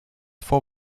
vor